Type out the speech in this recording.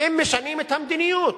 אם משנים את המדיניות.